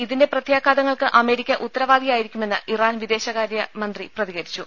ഇതിന്റെ പ്രത്യാഘാതങ്ങൾക്ക് അമേരിക്ക ഉത്തരവാദിയായിരിക്കുമെന്ന് ഇറാൻ വിദേശകാര്യമന്ത്രി പ്രതികരിച്ചു